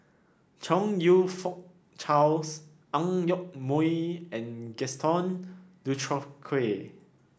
Chong You Fook Charles Ang Yoke Mooi and Gaston Dutronquoy